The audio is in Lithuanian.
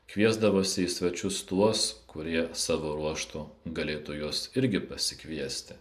kviesdavosi į svečius tuos kurie savo ruožtu galėtų juos irgi pasikviesti